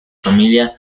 familia